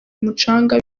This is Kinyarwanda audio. umucanga